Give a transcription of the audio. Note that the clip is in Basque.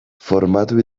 formatu